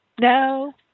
no